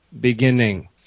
beginning